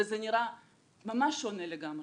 זה נראה ממש שונה לגמרי.